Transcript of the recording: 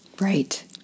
Right